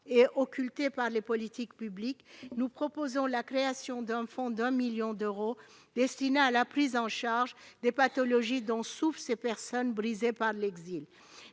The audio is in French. et occulté par les politiques publiques, nous proposons la création d'un fonds doté de 1 million d'euros, destiné à la prise en charge des pathologies dont souffrent ces personnes brisées par l'exil.